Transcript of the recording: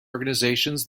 organizations